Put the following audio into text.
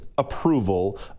approval